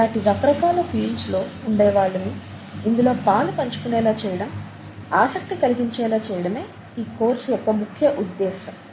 అలాటి రకరకాల ఫీల్డ్స్ లో ఉండే వాళ్ళని ఇందులో పాలు పంచుకునేలా చేయడం ఆసక్తి కలిగించేలా చేయడమే ఈ కోర్స్ యొక్క ముఖ్య ఉద్దేశం